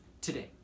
today